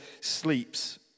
sleeps